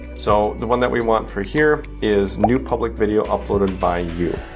so the one that we want for here is new public video uploaded by you.